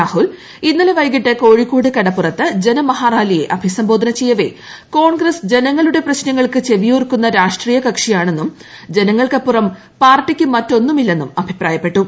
രാഹുൽ ജന്നലെ വൈകിട്ട് കോഴിക്കോട് കടപ്പു റത്ത് ജനമഹാറാലിയെ ഏഅഭീസംബോധന ചെയ്യവേ കോൺഗ്രസ് ജനങ്ങളുടെ പ്രശ്നങ്ങൾക്ക് ചെവിയോർക്കുന്ന രാഷ്ട്രീയ കക്ഷിയാണെന്നും ജനങ്ങൾക്കപ്പുറം പാർട്ടിക്ക് മറ്റൊന്നുമില്ലെന്നും അഭിപ്രായപ്പെട്ടു